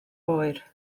oer